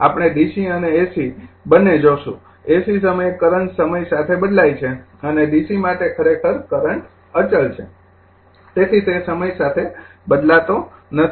આપણે ડીસી અને એસી બંને જોશું એસી સમયે કરંટ સમય સાથે બદલાય છે અને ડીસી માટે ખરેખર કરંટ અચલ છે તેથી તે સમય સાથે બદલાતો નથી